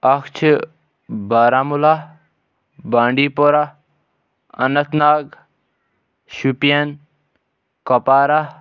اَکھ چھِ Baramulla Bandipora Anantnag Shopian Kupwara